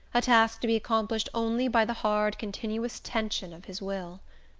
a task to be accomplished only by the hard continuous tension of his will.